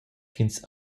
ch’ins